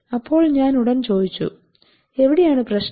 അപ്പോൾ ഞാൻ ഉടൻ ചോദിച്ചു എവിടെയാണ് പ്രശ്നം